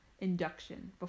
induction